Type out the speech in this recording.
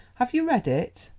have you read it?